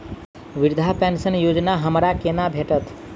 वृद्धा पेंशन योजना हमरा केना भेटत?